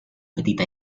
petita